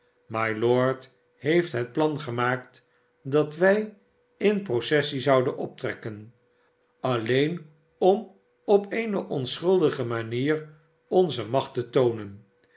mylord heeft het plan gemaakt dat wij in processie zouden optrekken alleen om op eene onschuldige manier onze macht te toonen